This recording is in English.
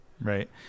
Right